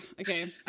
Okay